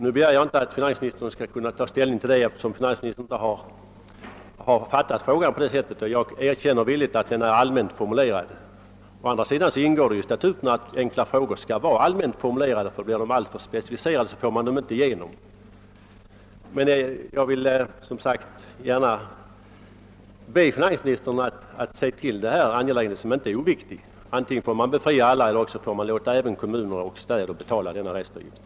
Jag begär inte att finansministern skall kunna ta ställning till detta, eftersom han inte har fattat frågan på det sättet, och jag erkänner villigt att den är allmänt formulerad. Å andra sidan ingår det i statuterna att enkla frågor skall vara allmänt formulerade; blir de alltför specificerade får man dem inte igenom. Jag vill som sagt gärna be finansministern att se till denna angelägenhet, som alltså inte är oviktig. Antingen får man befria alla eller också får man låta även städer och andra kommuner betala restavgiften.